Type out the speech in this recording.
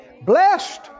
Blessed